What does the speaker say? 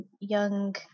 young